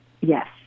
Yes